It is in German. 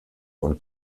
und